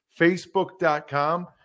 Facebook.com